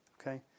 Okay